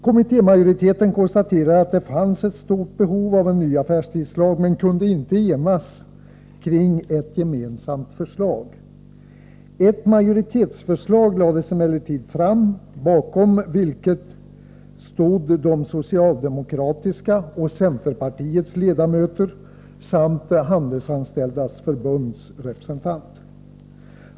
Kommittémajoriteten konstaterade att det fanns ett stort behov av en ny affärstidslag men kunde inte enas om ett gemensamt förslag. Ett majoritetsförslag lades emellertid fram, bakom vilket stod socialdemokraternas och centerpartiets ledamöter samt Handelsanställdas förbunds representant.